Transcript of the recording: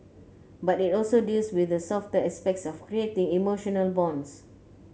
but it also deals with the softer aspects of creating emotional bonds